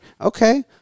Okay